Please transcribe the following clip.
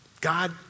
God